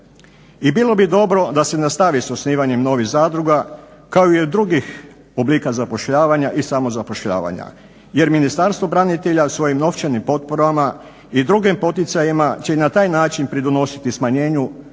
I bilo bi dobro da se nastavi s osnivanjem novih zadruga, kao i drugih oblika zapošljavanja i samozapošljavanja jer Ministarstvo branitelja svojim novčanim potporama i drugim poticajima će i na taj način pridonositi smanjenju